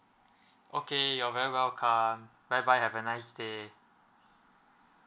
okay you're very welcome bye bye have a nice day